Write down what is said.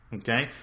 Okay